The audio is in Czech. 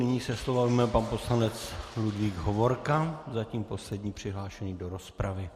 Nyní se slova ujme pan poslanec Ludvík Hovorka, zatím poslední přihlášený do rozpravy.